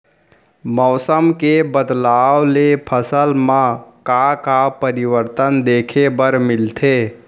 मौसम के बदलाव ले फसल मा का का परिवर्तन देखे बर मिलथे?